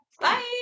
Bye